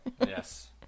Yes